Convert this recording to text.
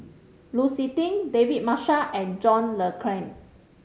Lu Suitin David Marshall and John Le Cain